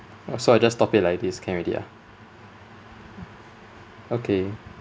oh so I just stop it like this can already ah okay